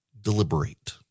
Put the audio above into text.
deliberate